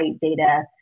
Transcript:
data